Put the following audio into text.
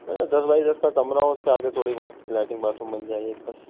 دس بائی دس کا کمرہ ہو اس کے آگے تھوڑی بہت لیٹرن باتھ روم بن جائے ایک بس